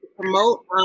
promote